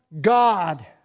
God